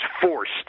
forced